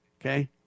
Okay